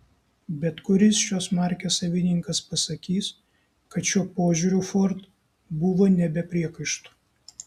bet kuris šios markės savininkas pasakys kad šiuo požiūriu ford buvo ne be priekaištų